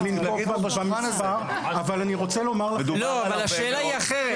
מדובר על הרבה מאוד.